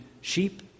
sheep